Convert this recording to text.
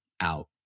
out